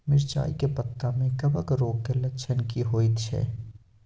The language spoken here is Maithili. मिर्चाय के पत्ता में कवक रोग के लक्षण की होयत छै?